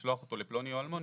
לשלוח אותו לפלוני או אלמוני,